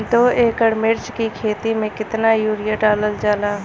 दो एकड़ मिर्च की खेती में कितना यूरिया डालल जाला?